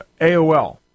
AOL